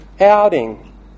outing